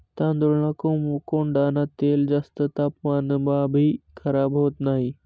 तांदूळना कोंडान तेल जास्त तापमानमाभी खराब होत नही